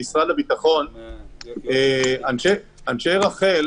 אנשי רח"ל